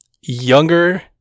younger